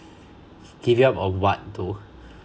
giving up on what though